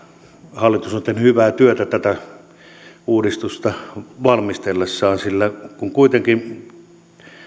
hallitus on tehnyt hyvää työtä tätä uudistusta valmistellessaan sillä kun kuitenkin